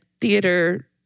theater